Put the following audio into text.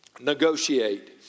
Negotiate